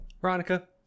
Veronica